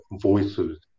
voices